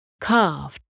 carved